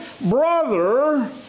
brother